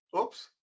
Oops